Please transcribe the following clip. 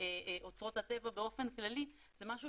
אוצרות הטבע באופן כללי זה משהו